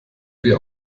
dir